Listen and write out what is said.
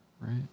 Right